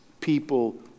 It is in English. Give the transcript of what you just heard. people